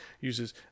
uses